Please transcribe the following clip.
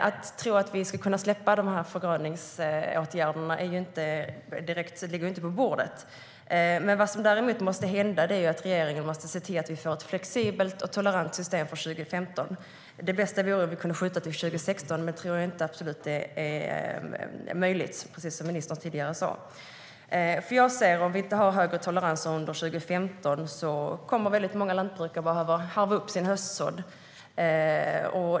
Möjligheten att släppa de här förgröningsåtgärderna ligger inte direkt på bordet. Däremot måste regeringen se till att vi får ett flexibelt och tolerant system från 2015. Det bästa vore om vi kunde skjuta upp det till 2016, men som ministern sa är det knappast möjligt. Om vi inte har högre tolerans under 2015 kommer väldigt många lantbrukare att behöva harva upp sin höstsådd.